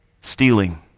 stealing